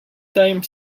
time